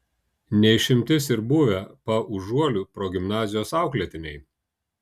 ne išimtis ir buvę paužuolių progimnazijos auklėtiniai